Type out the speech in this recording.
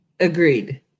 Agreed